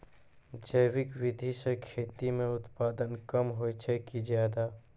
जैविक विधि से खेती म उत्पादन कम होय छै कि ज्यादा?